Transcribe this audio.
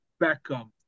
Beckham